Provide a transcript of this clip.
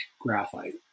graphite